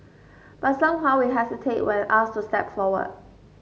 but somehow we hesitate when asked to step forward